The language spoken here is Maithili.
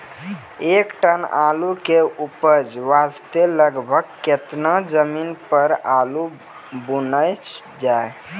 एक टन आलू के उपज वास्ते लगभग केतना जमीन पर आलू बुनलो जाय?